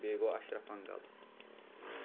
بیٚیہِ گوٚو اَشرَف اَنکَل